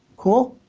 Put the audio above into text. cool?